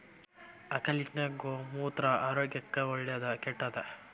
ಆಕಳಿನ ಗೋಮೂತ್ರ ಆರೋಗ್ಯಕ್ಕ ಒಳ್ಳೆದಾ ಕೆಟ್ಟದಾ?